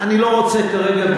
אני לא רוצה כרגע,